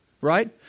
right